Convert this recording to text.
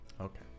Okay